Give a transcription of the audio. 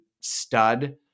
stud